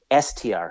STR